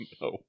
no